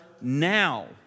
now